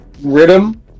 rhythm